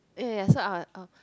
ya ya ya so I I'll